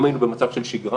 אם היינו במצב של שגרה